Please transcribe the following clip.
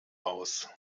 aus